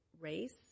race